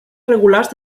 regulars